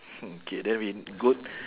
mm K then we go